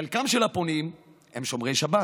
חלקם של הפונים הם שומרי שבת,